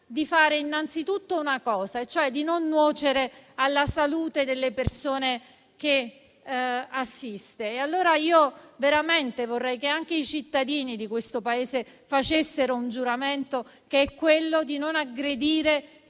giura innanzitutto di non nuocere alla salute delle persone che assiste. E, allora, vorrei veramente che anche i cittadini di questo Paese facessero un giuramento, che è quello di non aggredire